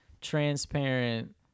transparent